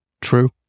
true